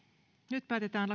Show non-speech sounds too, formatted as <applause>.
nyt päätetään <unintelligible>